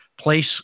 place